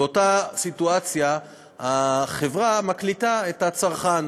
באותה סיטואציה החברה מקליטה את הצרכן,